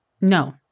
No